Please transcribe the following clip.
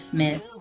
Smith